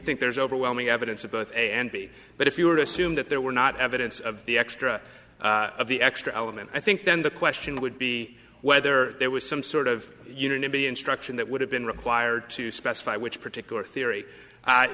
think there's overwhelming evidence of both a and b but if you were to assume that there were not evidence of the extra of the extra element i think then the question would be whether there was some sort of unanimity instruction that would have been required to specify which particular theory